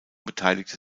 beteiligte